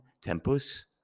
tempus